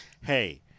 Hey